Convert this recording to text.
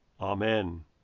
Amen